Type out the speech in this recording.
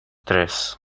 tres